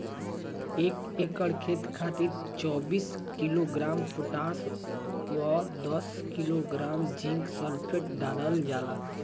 एक एकड़ खेत खातिर चौबीस किलोग्राम पोटाश व दस किलोग्राम जिंक सल्फेट डालल जाला?